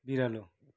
बिरालो